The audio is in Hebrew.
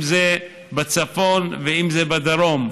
אם זה בצפון ואם זה בדרום,